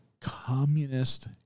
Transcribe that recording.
communist